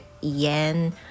yen